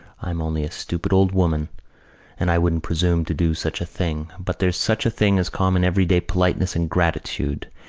i'm only a stupid old woman and i wouldn't presume to do such a thing. but there's such a thing as common everyday politeness and gratitude.